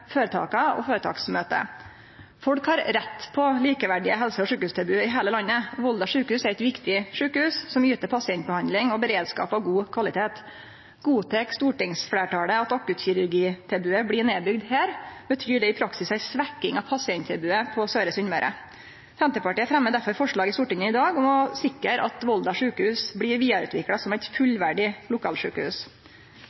føretaka og føretaksmøtet. Folk har rett på likeverdige helse- og sjukehustilbod i heile landet. Volda sjukehus er eit viktig sjukehus, som yter pasientbehandling og beredskap av god kvalitet. Godtek stortingsfleirtalet at akuttkirurgitilbodet blir bygt ned her, betyr det i praksis ei svekking av pasienttilbodet på Søre Sunnmøre. Senterpartiet fremjar derfor forslag i Stortinget i dag om å sikre at Volda sjukehus blir vidareutvikla som eit